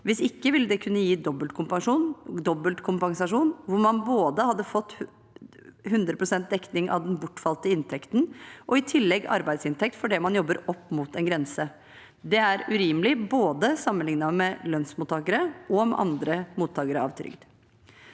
Hvis ikke vil det kunne gi dobbeltkompensasjon, hvor man hadde fått både 100 pst. dekning av den bortfalte inntekten og i tillegg arbeidsinntekt for det man jobber, opp mot en grense. Dette er urimelig sammenlignet både med lønnstakere og med andre